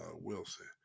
Wilson